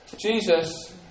Jesus